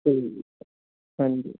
ਠੀਕ ਹਾਂਜੀ